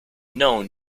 known